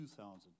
2000